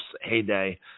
heyday